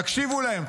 תקשיבו להן,